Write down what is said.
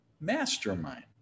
mastermind